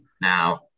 Now